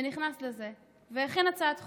ונכנס לזה והכין הצעת חוק.